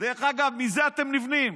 דרך אגב, מזה אתם נבנים.